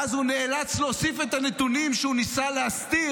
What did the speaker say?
ואז הוא נאלץ להוסיף את הנתונים שהוא ניסה להסתיר.